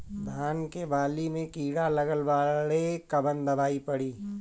धान के बाली में कीड़ा लगल बाड़े कवन दवाई पड़ी?